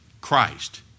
Christ